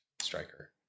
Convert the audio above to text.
striker